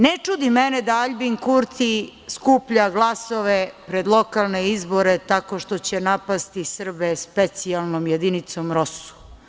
Ne čudi mene da Aljbin Kurti skuplja glasove pre lokalne izbore, tako što će napasti Srbe specijalnom jedinicom ROSU.